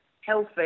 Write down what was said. healthy